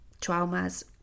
traumas